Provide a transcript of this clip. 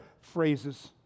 phrases